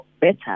better